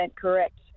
correct